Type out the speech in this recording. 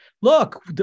look